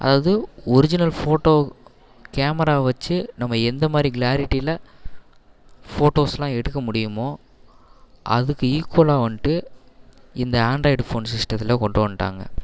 அதாவது original photo கேமராவை வச்சு நம்ம எந்தமாதிரி க்ளாரிட்டியில் ஃபோட்டோஸெலாம் எடுக்க முடியுமோ அதுக்கு ஈக்வலாக வந்துட்டு இந்த ஆண்ட்ராய்டு ஃபோன் சிஸ்டத்தில் கொண்டு வந்துவிட்டாங்க